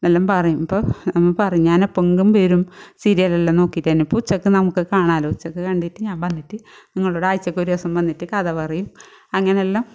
ഇതെല്ലാം പറയുമ്പോൾ നമ്മൾ പറയും ഞാനെപ്പോഴെങ്കിലും വരും സീരിയലെല്ലാം നോക്കീട്ടുതന്നെ ഇപ്പം ഉച്ചയ്ക്ക് നമുക്ക് കാണാമല്ലോ ഉച്ചക്ക് കണ്ടിട്ട് ഞാൻ വന്നിട്ട് നിങ്ങളോട് ആഴ്ച്ചക്ക് ഒരു ദിവസം വന്നിട്ട് കഥ പറയും അങ്ങനെയെല്ലാം